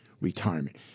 retirement